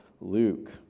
Luke